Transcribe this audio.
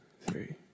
three